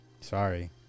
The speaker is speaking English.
Sorry